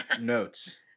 notes